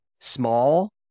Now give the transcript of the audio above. small